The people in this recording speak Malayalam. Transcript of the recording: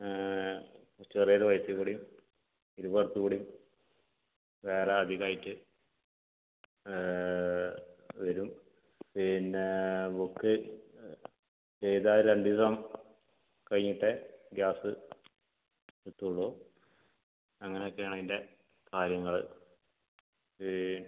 ചെറിയൊരു പൈസയും കൂടി ഒരു കുറച്ചുകൂടി വേറെ അധികമായിട്ട് വരും പിന്നെ ബുക്ക് ചെയ്താൽ രണ്ട് ദിവസം കഴിഞ്ഞിട്ടേ ഗ്യാസ് കിട്ടുള്ളൂ അങ്ങനെ ഒക്കെയാണ് അതിൻ്റെ കാര്യങ്ങൾ ഈ